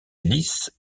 lisse